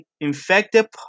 infected